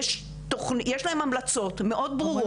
יש להם המלצות מאוד ברורות.